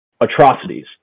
atrocities